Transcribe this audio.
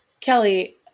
Kelly